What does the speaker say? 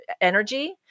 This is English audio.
energy